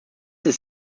ist